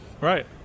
Right